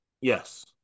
Yes